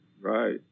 Right